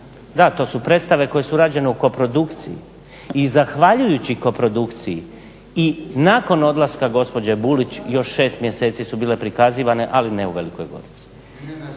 da to su predstave koje su rađene u koprodukciji i zahvaljujući koprodukciji i nakon odlaska gospođe Bulić, još 6 mjeseci su bile prikazivane, ali ne u Velikoj Gorici.